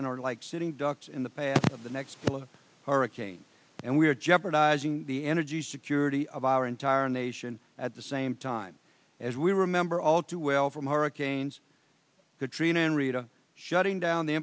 are like sitting ducks in the path of the next hurricane and we are jeopardizing the energy security of our entire nation at the same time as we remember all too well from hurricanes katrina and rita shutting down the